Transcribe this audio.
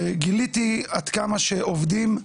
גיליתי עד כמה שעובדים,